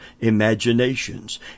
imaginations